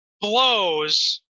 blows